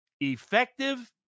effective